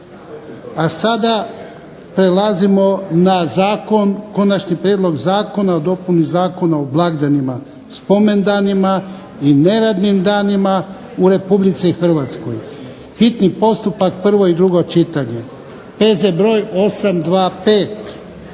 A sada prelazimo na - Konačni prijedlog zakona o dopuni Zakona o blagdanima, spomendanima i neradnim danima u Republici Hrvatskoj, hitni postupak, prvo i drugo čitanje, P.Z. br. 825.